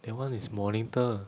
that one is monitor